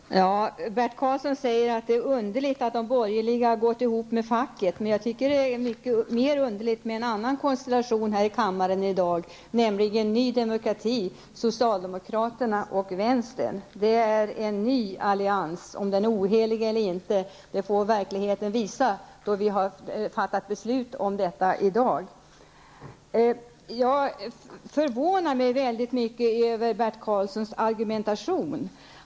Fru talman! Bert Karlsson säger att det är underligt att de borgerliga har gått ihop med facket. Jag tycker att det är mer underligt med en annan konstellation i kammaren i dag, nämligen Ny Demokrati, socialdemokraterna och vänstern. Det är ny allians. Om den är ohelig eller inte får verkligheten visa efter det att vi har fattat beslut i dag. Jag förvånar mig över Bert Karlssons argumentation.